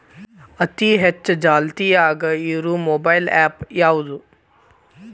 ಅತಿ ಹೆಚ್ಚ ಚಾಲ್ತಿಯಾಗ ಇರು ಮೊಬೈಲ್ ಆ್ಯಪ್ ಯಾವುದು?